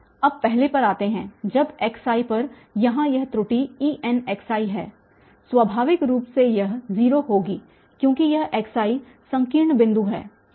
अब पहले पर आते हैं जब xi पर यहाँ यह त्रुटि Enxi है स्वाभाविक रूप से यह 0 होगी क्योंकि यह xi संकीर्ण बिंदु है